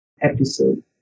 episode